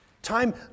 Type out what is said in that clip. time